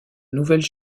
nouvelle